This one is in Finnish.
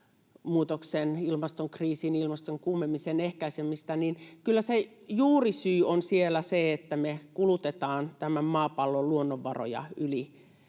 ilmastonmuutoksen, ilmastokriisin, ilmaston kuumenemisen ehkäisemistä, niin kyllä se juurisyy siellä on se, että me kulutetaan tämän maapallon luonnonvaroja yli